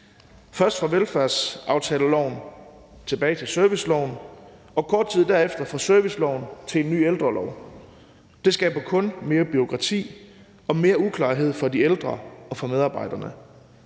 først fra velfærdsaftaleloven tilbage til serviceloven og kort tid derefter fra serviceloven til en ny ældrelov. Det skaber kun mere bureaukrati og mere uklarhed for de ældre og for medarbejderne,